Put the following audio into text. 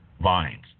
vines